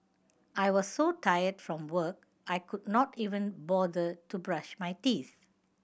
I was so tired from work I could not even bother to brush my teeth